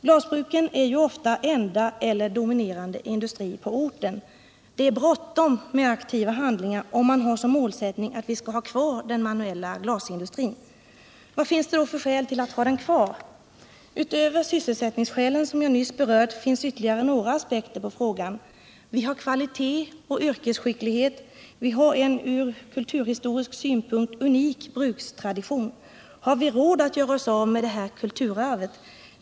Glasbruken är ofta den enda eller dominerande industrin på orten. Det är bråttom med aktiva handlingar om man har som målsättning att vi skall ha den manuella glasindustrin kvar. Vad finns det då för skäl till att ha den kvar? Utöver sysselsättningsskälen som jag nyss berört finns ytterligare några aspekter på frågan. Vi har kvalitet och yrkesskicklighet och vi har en ur kulturhistorisk synpunkt unik brukstradition. Har vi råd att göra oss av med detta kulturarv?